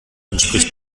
entspricht